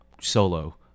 solo